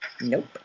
Nope